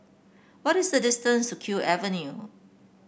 what is the distance to Kew Avenue